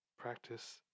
practice